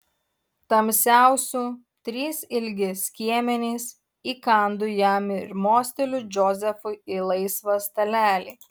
tamsiausių trys ilgi skiemenys įkandu jam ir mosteliu džozefui į laisvą stalelį